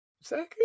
second